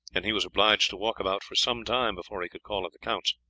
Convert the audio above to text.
and he was obliged to walk about for some time before he could call at the count's.